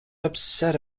upset